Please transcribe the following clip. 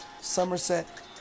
Somerset